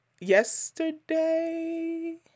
Yesterday